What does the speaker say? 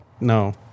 No